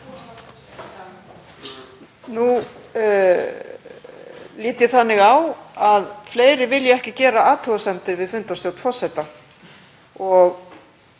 Nú lít ég þannig á að fleiri vilji ekki gera athugasemdir við fundarstjórn forseta.